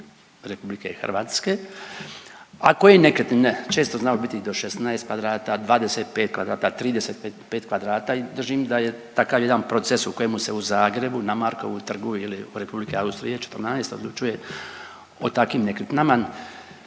RH u vlasništvu RH, a koje nekretnine često znaju biti i do 16 kvadrata, 25 kvadrata, 35 kvadrata i držim da je takav jedan proces u kojemu se u Zagrebu na Markov trgu ili u Republike Austrije 14 odlučuje o takvim nekretninama